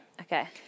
Okay